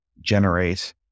generate